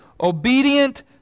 obedient